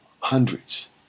hundreds